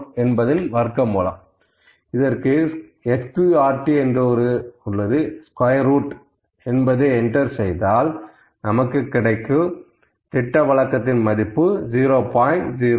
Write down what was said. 004 இன் வர்க்கமூலம் SQRT என்பதை என்டர் செய்தால் கிடைப்பது 0